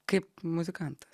kaip muzikantas